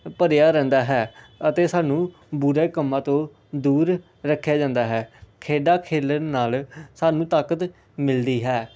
ਭਰਿਆ ਰਹਿੰਦਾ ਹੈ ਅਤੇ ਸਾਨੂੰ ਬੁਰੇ ਕੰਮਾਂ ਤੋਂ ਦੂਰ ਰੱਖਿਆ ਜਾਂਦਾ ਹੈ ਖੇਡਾਂ ਖੇਡਣ ਨਾਲ ਸਾਨੂੰ ਤਾਕਤ ਮਿਲਦੀ ਹੈ